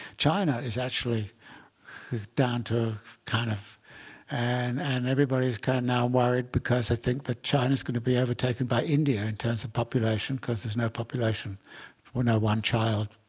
china is actually down to a kind of and and everybody's kind of now worried because they think that china's going to be overtaken by india in terms of population because there's no population no one child